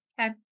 Okay